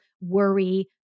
worry